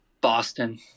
Boston